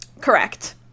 Correct